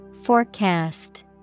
Forecast